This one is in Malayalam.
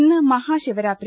ഇന്ന് മഹാശിവരാത്രി